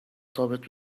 ثابت